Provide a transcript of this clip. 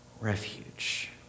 refuge